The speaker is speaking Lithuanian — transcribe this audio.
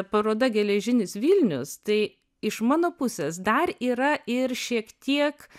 paroda geležinis vilnius tai iš mano pusės dar yra ir šiek tiek